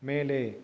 மேலே